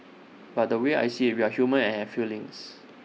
but the way I see IT we are human and have feelings